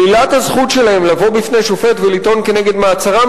שלילת הזכות שלהם לבוא בפני שופט ולטעון כנגד מעצרם,